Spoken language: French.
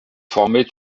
formait